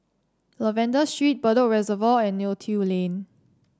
Lavender Street Bedok Reservoir and Neo Tiew Lane